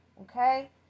Okay